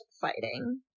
fighting